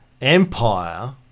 empire